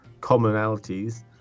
commonalities